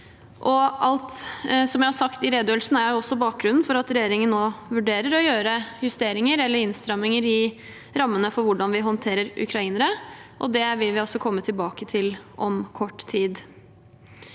Alt jeg har sagt i redegjørelsen, er også bakgrunnen for at regjeringen nå vurderer å gjøre justeringer eller innstramminger i rammene for hvordan vi håndterer ukrainere, og det vil vi altså komme tilbake til om kort tid.